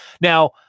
Now